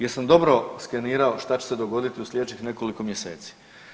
Jesam dobro skenirao šta će se dogoditi u slijedećih nekoliko mjeseci?